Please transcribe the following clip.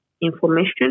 information